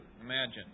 Imagine